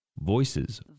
Voices